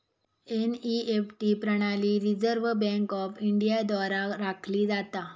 NEFT प्रणाली Reserve Bank of India द्वारा राखली जाता